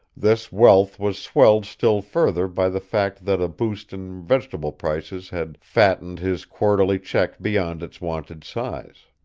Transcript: this wealth was swelled still further by the fact that a boost in vegetable prices had fattened his quarterly check beyond its wonted size.